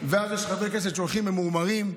ואז יש חברי כנסת שהולכים ממורמרים.